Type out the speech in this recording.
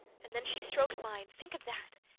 and then she stroked mine think of that!